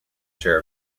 share